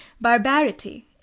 barbarity